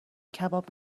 کباب